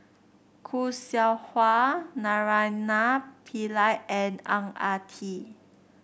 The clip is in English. Khoo Seow Hwa Naraina Pillai and Ang Ah Tee